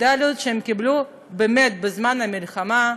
מדליות שהם קיבלו באמת בזמן המלחמה,